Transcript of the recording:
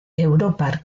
europar